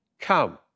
Come